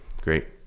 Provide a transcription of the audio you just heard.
Great